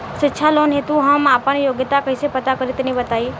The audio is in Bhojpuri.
शिक्षा लोन हेतु हम आपन योग्यता कइसे पता करि तनि बताई?